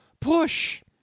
Push